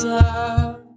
love